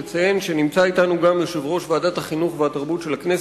לציין שנמצא אתנו גם יושב-ראש ועדת החינוך והתרבות של הכנסת,